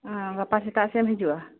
ᱚᱻ ᱜᱟᱯᱟ ᱥᱮᱛᱟᱜ ᱥᱮᱫ ᱮᱢ ᱦᱤᱡᱩᱜᱼᱟ